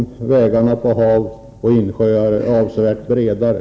Vägarna på hav och insjöar är avsevärt bredare.